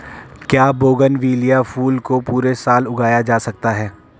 क्या बोगनविलिया फूल को पूरे साल उगाया जा सकता है?